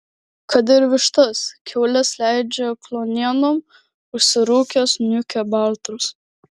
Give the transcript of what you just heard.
kad ir vištas kiaules leidžia kluonienon užsirūkęs niūkia baltrus